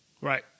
Right